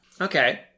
Okay